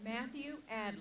matthew and